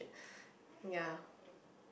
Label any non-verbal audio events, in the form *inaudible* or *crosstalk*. yeah *breath*